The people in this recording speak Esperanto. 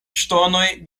ŝtonoj